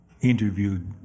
interviewed